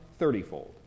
thirtyfold